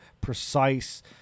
precise